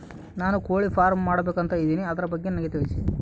ನಾನು ಕೋಳಿ ಫಾರಂ ಮಾಡಬೇಕು ಅಂತ ಇದಿನಿ ಅದರ ಬಗ್ಗೆ ನನಗೆ ತಿಳಿಸಿ?